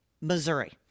Missouri